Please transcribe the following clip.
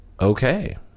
okay